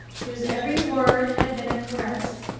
whose every word had been a caress.